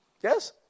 Yes